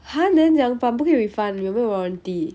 !huh! then 怎样办不可以 refund 有没有 warranty